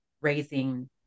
raising